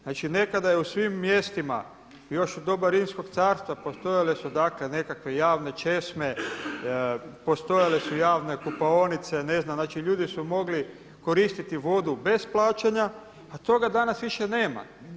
Znači nekada je u svim mjestima još u doba Rimskog carstva postojale su dakle nekakve javne česme, postojale su javne kupaonice, ne znam, znači ljudi su mogli koristiti vodu bez plaćanja a toga danas više nema.